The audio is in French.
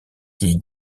qui